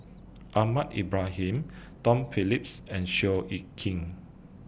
Ahmad Ibrahim Tom Phillips and Seow Yit Kin